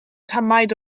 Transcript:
tamaid